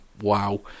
Wow